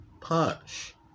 punch